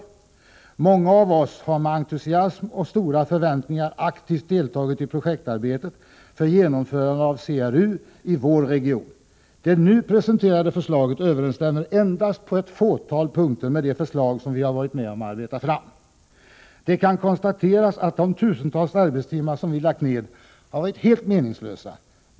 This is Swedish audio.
Många av oss har med entusiasm och stora förväntningar aktivt deltagit i projektarbetet för genomförande av CRU i vår region. Det nu presenterade förslaget överensstämmer endast på ett fåtal punkter med det förslag som vi har varit med om att arbeta fram. Det kan konstateras att de tusentals arbetstimmar som vi har lagt ned har varit helt meningslösa.